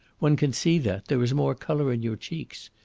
one can see that. there is more colour in your cheeks.